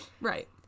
right